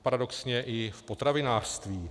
Paradoxně i potravinářství.